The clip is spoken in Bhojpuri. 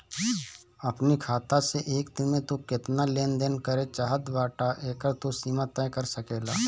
अपनी खाता से एक दिन में तू केतना लेन देन करे चाहत बाटअ एकर तू सीमा तय कर सकेला